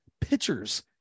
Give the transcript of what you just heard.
pitchers